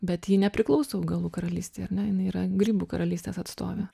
bet ji nepriklauso augalų karalystei ar ne jinai yra grybų karalystės atstovė